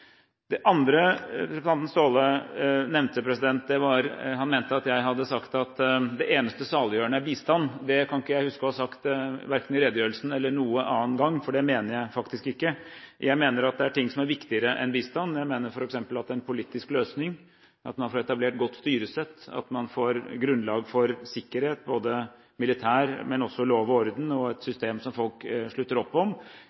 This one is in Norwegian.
Det andre representanten Staahle nevnte, var at han mente jeg hadde sagt at det eneste saliggjørende er bistand. Det kan jeg ikke huske å ha sagt verken i redegjørelsen eller noen annen gang, for det mener jeg faktisk ikke. Jeg mener at det er ting som er viktigere enn bistand. Jeg mener f.eks. at en politisk løsning, at man får etablert et godt styresett, at man får grunnlag for sikkerhet – både militært og også lov og orden – og et system som folk slutter opp om,